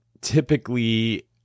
typically